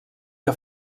que